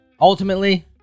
ultimately